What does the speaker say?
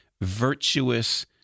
virtuous